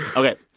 ok,